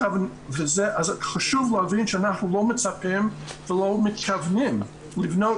אז חשוב להבין שאנחנו לא מצפים ולא מתכוונים לבנות